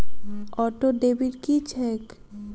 Auto debit की छैक?